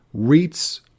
REITs